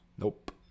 Nope